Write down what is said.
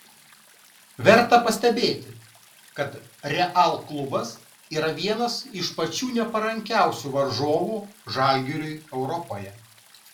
verta pastebėti kad real klubas yra vienas iš pačių neparankiausių varžovų žalgiriui europoje